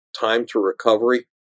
time-to-recovery